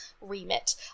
remit